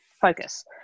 focus